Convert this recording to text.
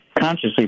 consciously